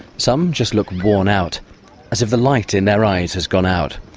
some just look worn out as if the light in their eyes has gone out.